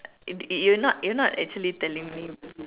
you you're not you're not actually telling me